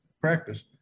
practice